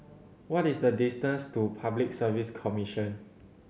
what is the distance to Public Service Commission